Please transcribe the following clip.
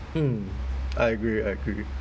mm I agree I agree